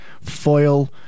foil